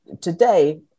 today